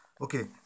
Okay